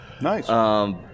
Nice